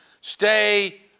Stay